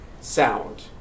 Sound